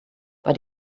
but